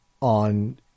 on